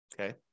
Okay